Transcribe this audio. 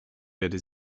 werde